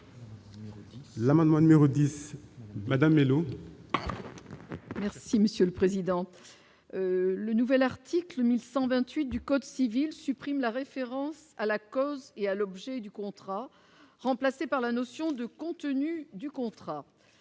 L'amendement numéro 10 Madame Mellow. Si Monsieur le Président, le nouvel art. Cycle 1128 du code civil, supprime la référence à l'accord et à l'objet du contrat remplacé par la notion de contenu du contrat,